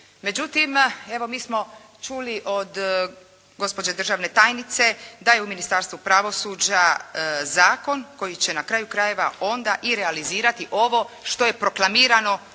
Međutim, evo mi smo ćuli od gospođe državne tajnice da je u Ministarstvu pravosuđa zakon koji će na kraju krajeva onda i realizirati ovo što je proklamirano